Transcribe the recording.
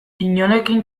inorekin